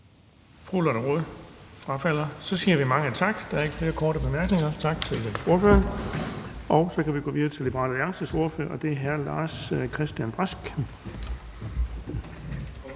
Rod frafalder. Der er ikke flere korte bemærkninger, så tak til ordføreren. Så kan vi gå videre til Liberal Alliances ordfører, og det er hr. Lars-Christian Brask.